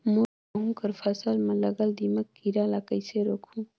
मोर गहूं कर फसल म लगल दीमक कीरा ला कइसन रोकहू?